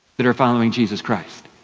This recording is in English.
that are following jesus christ.